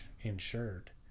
insured